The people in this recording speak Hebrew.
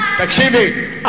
תקשיבי,